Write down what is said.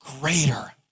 greater